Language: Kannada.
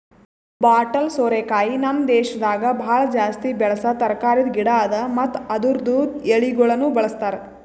ಬಾಟಲ್ ಸೋರೆಕಾಯಿ ನಮ್ ದೇಶದಾಗ್ ಭಾಳ ಜಾಸ್ತಿ ಬೆಳಸಾ ತರಕಾರಿದ್ ಗಿಡ ಅದಾ ಮತ್ತ ಅದುರ್ದು ಎಳಿಗೊಳನು ಬಳ್ಸತಾರ್